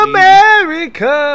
America